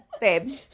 babe